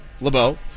LeBeau